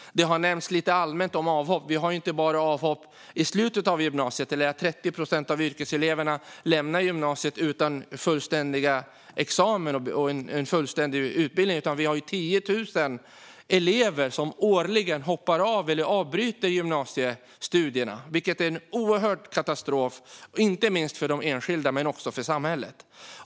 Avhopp har nämnts lite allmänt, men det handlar inte bara om avhopp i slutet av gymnasiet eller att 30 procent av yrkeseleverna lämnar gymnasiet utan fullständig utbildning och examen. Vi har också 10 000 elever som årligen avbryter sina gymnasiestudier, vilket är en stor katastrof både för dem själva och för samhället.